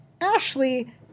Ashley